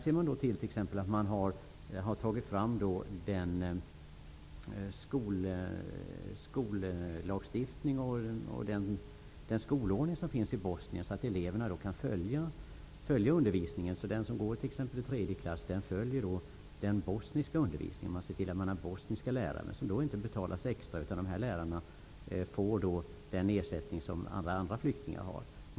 I Danmark tillämpas den skollagstiftning och skolordning som finns i Bosnien, så att eleverna kan följa undervisningen. Den som går i exempelvis tredje klass följer den bosniska undervisningen. Man har bosniska lärare som inte betalas extra, utan de får den ersättning som alla andra flyktingar får.